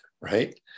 right